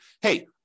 hey